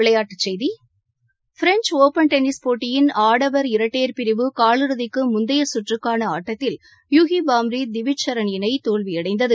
விளையாட்டு செய்தி French Open tennis போட்டியில் ஆடவர் இரட்டையர் பிரிவு காலிறுதிக்கு முந்தைய கற்றுக்கான ஆட்டத்தில் யூகி பாம்ரி திவிஜ் ஷரண் இணை தோல்வியடைந்தது